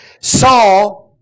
Saul